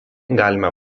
galima